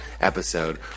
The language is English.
episode